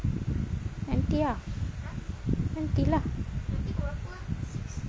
nanti ah nanti lah